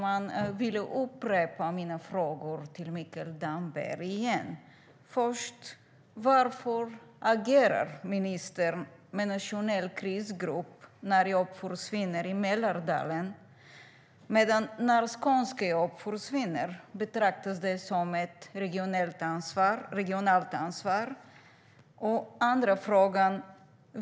Jag vill därför upprepa mina frågor till Mikael Damberg: Varför agerar ministern med en nationell krisgrupp när jobb försvinner i Mälardalen? När skånska jobb försvinner betraktas det som ett regionalt ansvar.